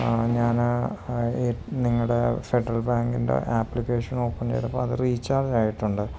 ഞാന് നിങ്ങളുടെ ഫെഡറൽ ബാങ്കിൻ്റെ ആപ്ലിക്കേഷൻ ഓപ്പൺ ചെയ്തപ്പോള് അത് റീചാർജ് ആയിട്ടുണ്ട്